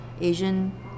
Asian